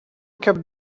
kept